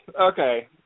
Okay